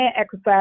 exercise